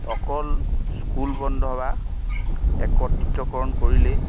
অকল স্কুল বন্ধ বা একত্ৰিতকৰণ কৰিলেই